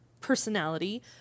personality